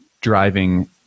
driving